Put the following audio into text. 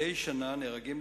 מדי שנה נהרגים,